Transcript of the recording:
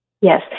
Yes